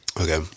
Okay